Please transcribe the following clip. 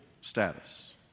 status